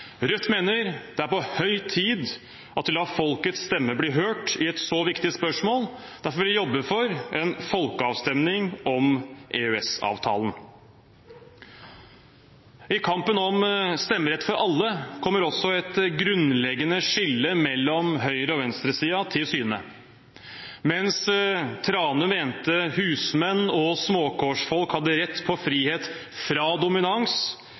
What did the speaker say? Rødt mener det er på høy tid at vi lar folkets stemme bli hørt i et så viktig spørsmål. Derfor vil vi jobbe for en folkeavstemning om EØS-avtalen. I kampen om stemmerett for alle kommer også et grunnleggende skille mellom høyre- og venstresiden til syne. Mens Thrane mente husmenn og småkårsfolk hadde rett på frihet fra dominans,